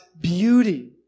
beauty